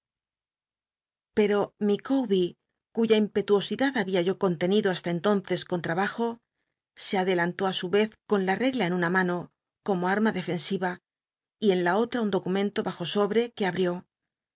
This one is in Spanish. pero licawbe cuya impetuosidad babia yo contenido basta entonces con habajo se adelantó ü su yez con la regla en una mano como al'lna d lfensi a en la otra un documento bajo sobre que abrió